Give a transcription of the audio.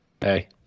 hey